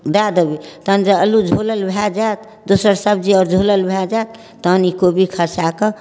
दऽ देबै तहन जे अल्लु झोलल भऽ जाएत दोसर सब्जी आओर झोलल भऽ जाएत तहन ई कोबी खसाकऽ